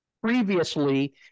previously